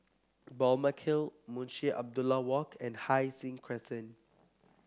Balmeg Hill Munshi Abdullah Walk and Hai Sing Crescent